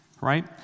right